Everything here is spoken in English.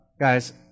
Guys